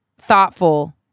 thoughtful